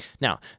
Now